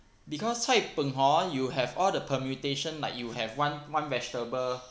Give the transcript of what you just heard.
because cai png hor you have all the permutation like you have one one vegetable